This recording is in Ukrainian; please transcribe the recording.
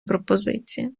пропозиція